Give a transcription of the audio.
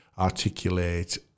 articulate